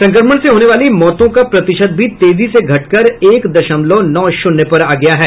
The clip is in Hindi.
संक्रमण से होने वाली मौतों का प्रतिशत भी तेजी से घटकर एक दशमलव नौ शून्य पर आ गया है